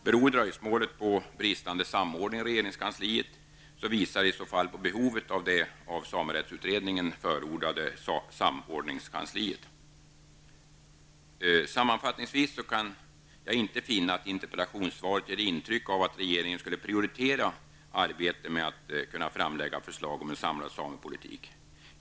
Beror dröjsmålet möjligen på en bristande samordning i regeringskansliet, visar det i så fall på behovet av det av utredningen förordade samordningskansliet. Sammanfattningsvis kan jag inte finna att interpellationssvaret ger intryck av att regeringen skulle prioritera arbetet med att kunna framlägga förslag om en samlad samepolitik.